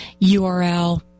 url